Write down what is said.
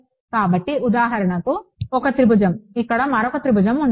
కాబట్టి ఉదాహరణకు ఇది 1 త్రిభుజం ఇక్కడ మరొక త్రిభుజం ఉంటుంది